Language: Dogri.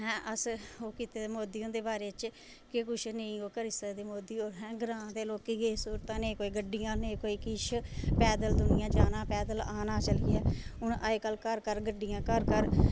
अस ऐ किता मोदी होंदे बारे च केह् कुछ नीं करी सकदे मोदी होर ग्रां दे लोकें गी नेईं स्हूलतां नां कोई गड्डियां नेईं कुछ पैदल दुनियै आना पैदल जाना हुन अज्ज कल घर घर गड्डियां घर घर